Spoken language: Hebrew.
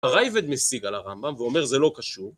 הרייבד משיג על הרמב״ם ואומר, זה לא קשור.